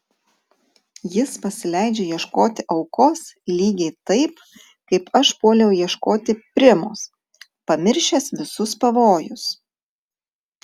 jis pasileidžia ieškoti aukos lygiai taip kaip aš puoliau ieškoti primos pamiršęs visus pavojus